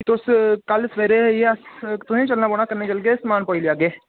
ते तुस कल सवेरे आइयै तुसें चलना पौना कन्नै चलियै समान पोआई लैगे